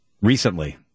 recently